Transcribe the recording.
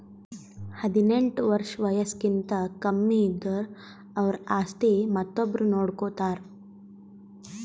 ಹದಿನೆಂಟ್ ವರ್ಷ್ ವಯಸ್ಸ್ಕಿಂತ ಕಮ್ಮಿ ಇದ್ದುರ್ ಅವ್ರ ಆಸ್ತಿ ಮತ್ತೊಬ್ರು ನೋಡ್ಕೋತಾರ್